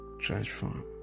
transform